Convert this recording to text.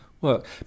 work